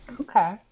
Okay